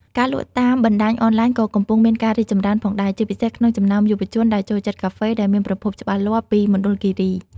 ការលក់តាមបណ្តាញអនឡាញក៏កំពុងមានការរីកចម្រើនផងដែរ ជាពិសេសក្នុងចំណោមយុវវ័យ ដែលចូលចិត្តកាហ្វេដែលមានប្រភពច្បាស់លាស់ពីមណ្ឌលគិរី។